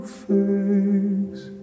face